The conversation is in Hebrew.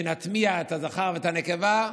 שנטמיע את הזכר ואת הנקבה,